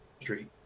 street